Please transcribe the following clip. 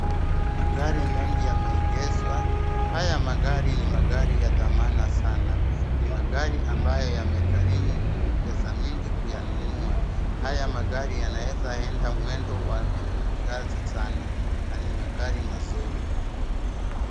Magari mengi yameegeshwa. Haya magari ni magari ya dhamana sana. Ni magari ambayo yamegharimu pesa mingi kuyanunua. Haya magari yanaweza kuenda mwendo wa kasi sana na ni magari mazuri.